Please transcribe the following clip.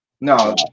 No